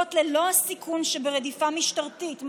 וזאת ללא הסיכון שברדיפה משטרתית,